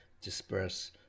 disperse